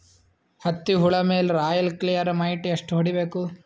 ಹತ್ತಿ ಹುಳ ಮೇಲೆ ರಾಯಲ್ ಕ್ಲಿಯರ್ ಮೈಟ್ ಎಷ್ಟ ಹೊಡಿಬೇಕು?